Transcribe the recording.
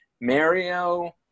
Mario